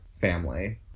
family